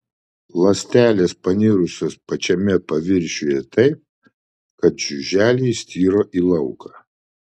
ląstelės panirusios pačiame paviršiuje taip kad žiuželiai styro į lauką